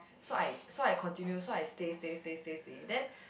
so I so I continue so I stay stay stay stay stay then